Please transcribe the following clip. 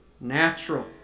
natural